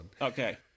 Okay